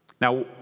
Now